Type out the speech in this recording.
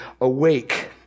awake